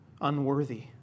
unworthy